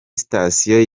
sitasiyo